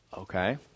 okay